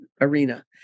arena